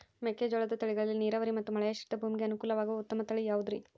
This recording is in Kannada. ಮೆಕ್ಕೆಜೋಳದ ತಳಿಗಳಲ್ಲಿ ನೇರಾವರಿ ಮತ್ತು ಮಳೆಯಾಶ್ರಿತ ಭೂಮಿಗೆ ಅನುಕೂಲವಾಗುವ ಉತ್ತಮ ತಳಿ ಯಾವುದುರಿ?